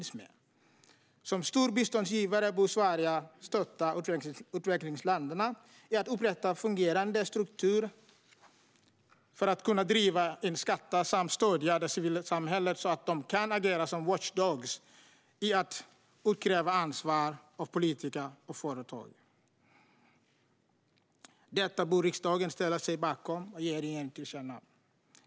Som stor biståndsgivare bör Sverige stödja utvecklingsländerna i att upprätta fungerande strukturer för att driva in skatter samt stödja det civila samhället så att de kan agera som watchdogs i fråga om att utkräva ansvar av politiker och företag. Detta bör riksdagen ställa sig bakom och ge regeringen till känna.